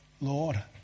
Lord